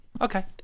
Okay